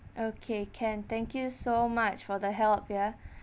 okay can thank you so much for the help ya